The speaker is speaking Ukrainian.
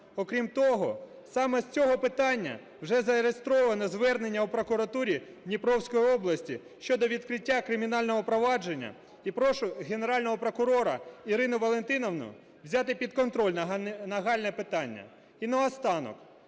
Окрім того, саме з цього питання вже зареєстровано звернення в прокуратурі Дніпровської області щодо відкриття кримінального провадження. І прошу Генерального прокурора Ірину Валентинівну взяти під контроль нагальне питання. І наостанок.